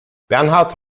bernhard